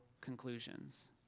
conclusions